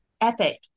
epic